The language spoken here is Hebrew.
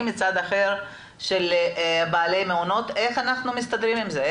באה בעיקר מנושא המעונות ולא מהגנים